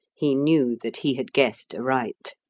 he knew that he had guessed aright.